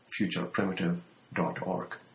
futureprimitive.org